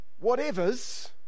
whatever's